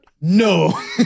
No